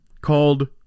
called